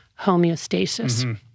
homeostasis